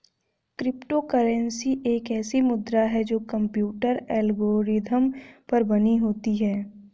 crypto currency एक ऐसी मुद्रा है जो कंप्यूटर एल्गोरिदम पर बनी होती है